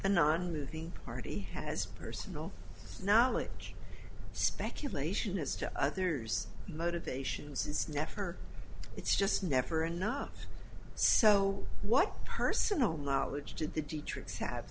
the nonmoving party has personal knowledge speculation as to others motivations it's never it's just never enough so what personal knowledge